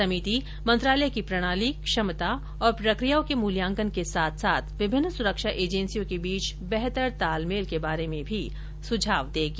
समिति मंत्रालय की प्रणाली क्षमता और प्रक्रियाओं के मूल्यांकन के साथ साथ विभिन्न सुरक्षा एजेंसियों के बीच बेहतर तालमेल के बारे में भी सुझाव देगी